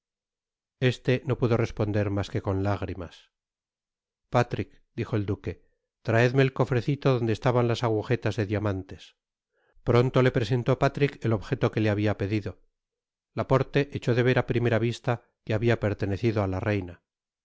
este no pudo responder masque con lágrimas patrick dijo el duque traedme el cofrecito donde estaban las agujetas de diamantes pronto le presentó patrick el objeto que le habia pedido laporte echó de ver á primera vista que habia pertenecido á la reina